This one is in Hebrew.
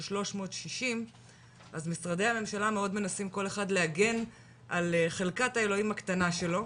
360 אז משרדי הממשלה מאוד מנסים כל אחד להגן על חלקת האלוהים הקטנה שלהם